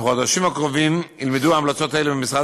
בחודשים הקרובים יילמדו המלצות אלה במשרד